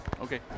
okay